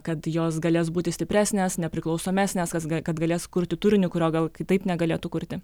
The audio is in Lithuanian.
kad jos galės būti stipresnės nepriklausomesnės kas kad galės kurti turinį kurio gal kitaip negalėtų kurti